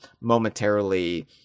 momentarily